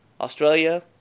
Australia